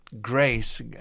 grace